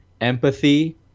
empathy